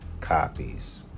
copies